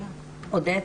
עודד,